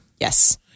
Yes